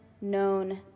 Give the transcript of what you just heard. known